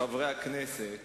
חברי חברי הכנסת,